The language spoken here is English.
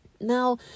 Now